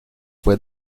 fue